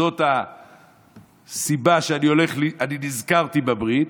זאת הסיבה שנזכרתי בברית.